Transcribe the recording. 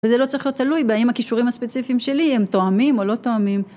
וזה לא צריך להיות תלוי בהאם הכישורים הספציפיים שלי הם תואמים או לא תואמים